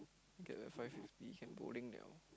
okay lah five fifty can bowling [liao]